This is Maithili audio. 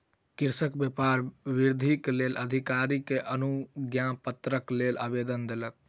कृषक व्यापार वृद्धिक लेल अधिकारी के अनुज्ञापत्रक लेल आवेदन देलक